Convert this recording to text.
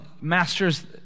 masters